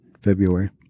February